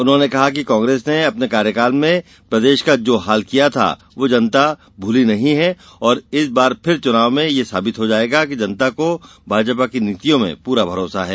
उन्होंने कहा कि कांग्रेस ने अपने कार्यकाल में प्रदेश का जो हाल किया था वह जनता भूली नहीं है और इस बार फिर चुनाव में यह साबित हो जाएगा कि जनता को भाजपा की नीतियों में पूरा भरोसा है